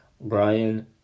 Brian